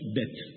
death